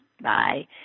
Bye